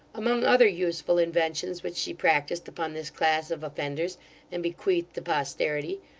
among other useful inventions which she practised upon this class of offenders and bequeathed to posterity,